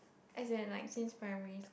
as in like since primary school